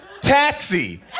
taxi